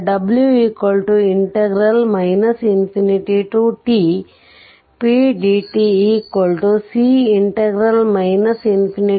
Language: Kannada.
w tpdtC tv